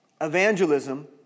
evangelism